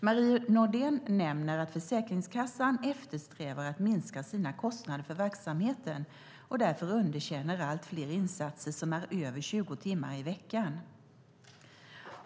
Marie Nordén nämner att Försäkringskassan eftersträvar att minska sina kostnader för verksamheten och därför underkänner allt fler insatser som är över 20 timmar i veckan.